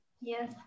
Yes